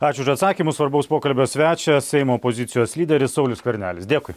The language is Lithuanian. ačiū už atsakymus svarbaus pokalbio svečias seimo opozicijos lyderis saulius skvernelis dėkui